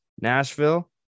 Nashville